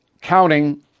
counting